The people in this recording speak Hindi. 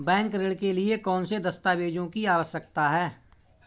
बैंक ऋण के लिए कौन से दस्तावेजों की आवश्यकता है?